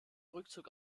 rückzug